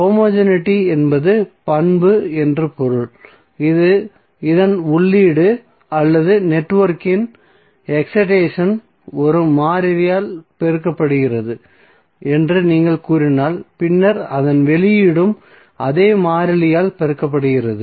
homogeneity என்பது பண்பு என்று பொருள் இதன் உள்ளீடு அல்லது நெட்வொர்க்கின் எக்சிட்டேசன் ஒரு மாறிலியால் பெருக்கப்படுகிறது என்று நீங்கள் கூறினால் பின்னர் அதன் வெளியீடும் அதே மாறிலியால் பெருக்கப்படுகிறது